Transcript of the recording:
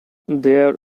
there